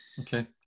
Okay